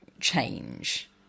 change